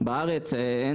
המלצות אופרטיביות.